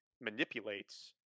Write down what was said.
manipulates